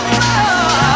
more